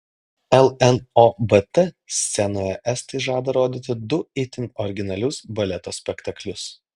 lnobt scenoje estai žada rodyti du itin originalius baleto spektaklius